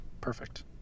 perfect